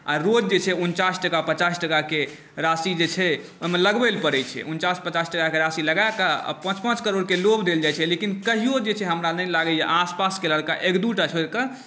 आर रोज जे छै उनचास टाका पचास टाकाके राशि जे छै ओहिमे लगबै लए पड़ैत छै उनचास पचास टाकाके राशि लगाए कऽ आ पाँच पाँच करोड़के लोभ देल जाइत छै लेकिन कहिओ जे छै हमरा नहि लगैत अछि आसपासके एक दूटा छोड़ि कऽ